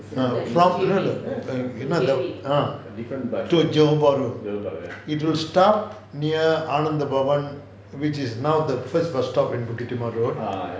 இல்ல இல்ல எனது:illa illa enathu to johor bahru it will start near Anandha பவன்:anandha bhavan which is now the first bus stop in bukit timah road